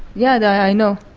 yeah yeah i know.